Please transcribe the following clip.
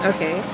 Okay